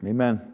Amen